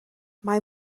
mae